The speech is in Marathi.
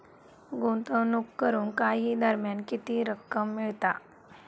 गुंतवणूक करून काही दरम्यान किती रक्कम मिळता?